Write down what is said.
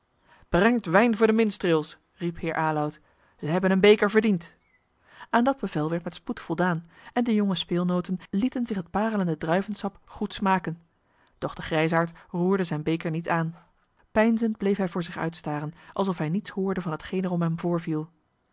brengt wijn voor de minstreels riep heer aloud zij hebben een beker verdiend aan dat bevel werd met spoed voldaan en de jonge speelnooten lieten zich het parelende druivensap goed smaken doch de grijsaard roerde zijn beker niet aan peinzend bleef hij voor zich uitstaren alsof hij niets hoorde van hetgeen er om hem voorviel